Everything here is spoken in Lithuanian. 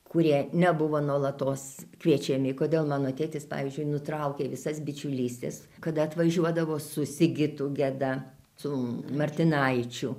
kurie nebuvo nuolatos kviečiami kodėl mano tėtis pavyzdžiui nutraukė visas bičiulystes kada atvažiuodavo su sigitu geda su martinaičiu